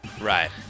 Right